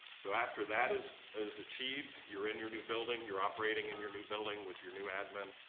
so, after that is is achieved, you're in your new building, you're operating in your new building with your new admin,